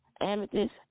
Amethyst